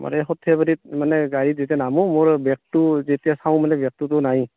মানে সৰ্থেবাৰীত মানে গাড়ীত যেতিয়া নামো মোৰ বেগটো যেতিয়া চাওঁ মানে বেগটোতো নাই